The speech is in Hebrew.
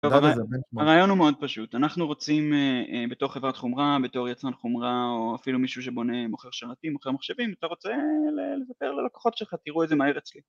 הרעיון הוא מאוד פשוט, אנחנו רוצים בתור חברת חומרה, בתור יצרן חומרה, או אפילו מישהו שבונה מוכר שרתים, מוכר מחשבים, אתה רוצה לספר ללקוחות שלך, תראו איזה מהר אצלי